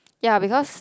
ya because